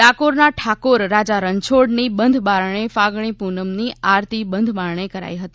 ડાકોરના ઠાકોર રાજા રણછોડની બંધ બારણે ફાગણી પૂનમની આરતી બંધબારણે કરાઈ હતી